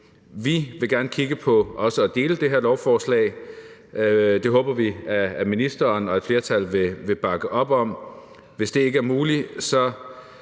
Vi vil gerne kigge på også at dele det her lovforslag. Det håber vi ministeren og et flertal vil bakke op om. Hvis det ikke er muligt, vil